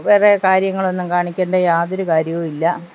വേറെ കാര്യങ്ങൾ ഒന്നും കാണിക്കേണ്ട യാതൊരു കാര്യവും ഇല്ല